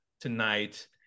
tonight